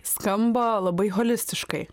skamba labai holistiškai